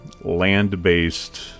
land-based